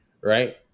right